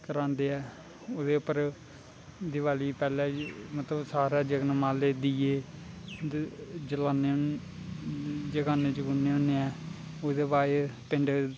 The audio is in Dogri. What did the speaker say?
करांदे ऐ उ'दे उप्पर दिवाली गी पैह्लें सारे जगनमाला दिये जलाने होने जगाने जुगाने होने ऐं उ'दे बाद पिंड